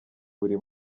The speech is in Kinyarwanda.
buri